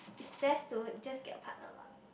it's best to just get a partner lah